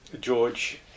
George